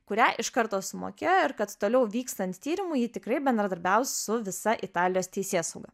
kurią iš karto sumokėjo ir kad toliau vykstant tyrimui ji tikrai bendradarbiaus su visa italijos teisėsauga